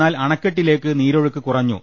എന്നാൽ അണക്കെട്ടിലേക്ക് നീരൊഴുക്ക് കുറഞ്ഞു